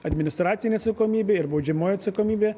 administracinė atsakomybė ir baudžiamoji atsakomybė